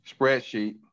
spreadsheet